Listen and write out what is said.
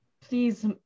please